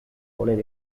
voler